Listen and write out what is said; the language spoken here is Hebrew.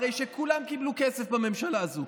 אחרי שכולם קיבלו כסף בממשלה הזו,